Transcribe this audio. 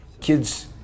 kids